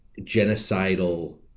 genocidal